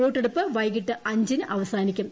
വോട്ടെടുപ്പ് വൈകിട്ട് അഞ്ചിന് അവസാനിക്കും